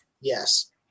yes